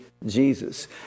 Jesus